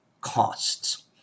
costs